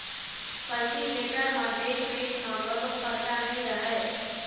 cultivator म देख रेख म घलोक खरचा नइ रहय